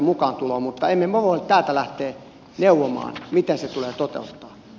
mutta emme me voi täältä lähteä neuvomaan miten se tulee toteuttaa